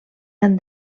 han